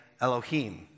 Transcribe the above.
Elohim